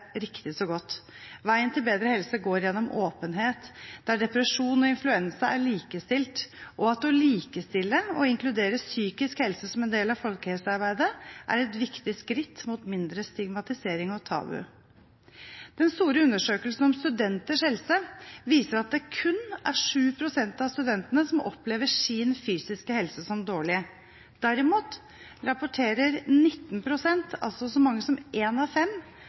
riktig så godt i forordet i meldingen: «Veien til bedre helse går gjennom åpenhet. Der depresjon og influensa er likestilt.» Og videre: «Å likestille og inkludere psykisk helse som en del av folkehelsearbeidet er et viktig skritt mot mindre stigmatisering og tabu.» Den store undersøkelsen om studenters helse viser at det kun er 7 pst. av studentene som opplever sin fysiske helse som dårlig. Derimot rapporterer 19 pst., altså så mange som én av fem,